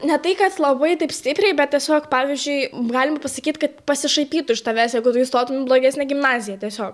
ne tai kad labai taip stipriai bet tiesiog pavyzdžiui galima pasakyt kad pasišaipytų iš tavęs jeigu tu įstotum į blogesnę gimnaziją tiesiog